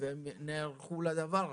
והם נערכו לדבר הזה.